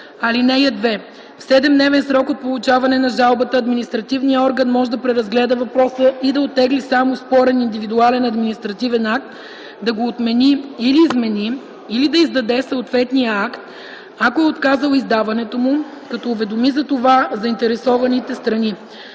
„(2) В 7-дневен срок от получаване на жалбата административният орган може да преразгледа въпроса и да оттегли сам оспорен индивидуален административен акт, да го отмени или измени, или да издаде съответния акт, ако е отказал издаването му, като уведоми за това заинтересуваните страни.